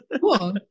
cool